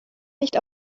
nicht